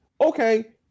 okay